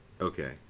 okay